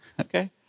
Okay